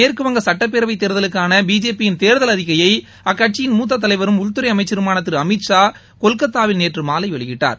மேற்குவங்க சுட்டப்பேரவை தேர்தலுக்கானபிஜேபியின் தேர்தல் அறிக்கையை இதனிடையே அக்கட்சியின் மூத்த தலைவரும் உள்துறை அமைச்சருமான திரு அமித் ஷா கொல்கத்தாவில் நேற்று மாலை வெளியிட்டார்